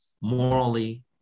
morally